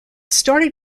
started